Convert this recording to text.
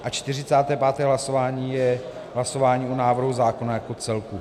A čtyřicáté páté hlasování je hlasování o návrhu zákona jako celku